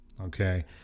okay